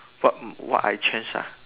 what what I change ah